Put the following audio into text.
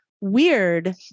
weird